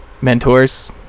mentors